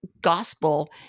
gospel